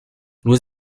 louis